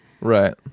Right